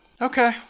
Okay